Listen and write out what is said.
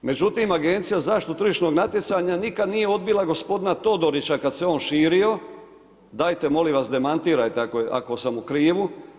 Međutim Agencija za zaštitu od tržišnog natjecanja nikad nije odbila gospodina Todorića kada se on širio, dajte molim vas demantirajte ako sam u krivu.